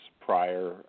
prior